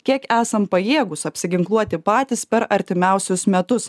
kiek esam pajėgūs apsiginkluoti patys per artimiausius metus